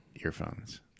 earphones